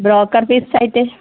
broker ഫീസായിട്ട്